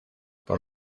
por